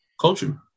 Culture